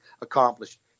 accomplished